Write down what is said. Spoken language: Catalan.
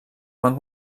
van